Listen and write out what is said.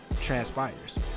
transpires